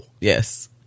Yes